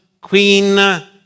Queen